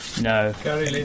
No